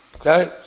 Okay